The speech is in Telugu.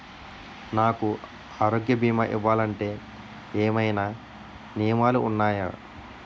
నాకు ఆరోగ్య భీమా ఇవ్వాలంటే ఏమైనా నియమాలు వున్నాయా?